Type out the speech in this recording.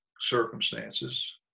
circumstances